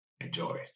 enjoy